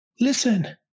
listen